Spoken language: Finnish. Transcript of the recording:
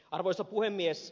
arvoisa puhemies